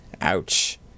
Ouch